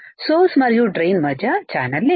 source మరియు drain మధ్య ఛానల్లేదు